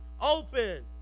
open